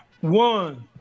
one